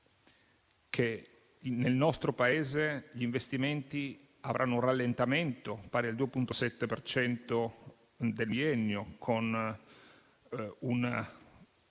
che, nel nostro Paese, gli investimenti avranno un rallentamento pari al 2,7 per cento nel biennio,